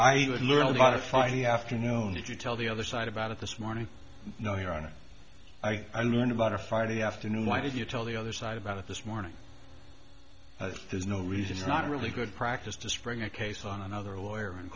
i would learn a lot of friday afternoon if you tell the other side about it this morning no your honor i learned about her friday afternoon why did you tell the other side about it this morning there's no reason it's not really good practice to spring a case on another lawyer and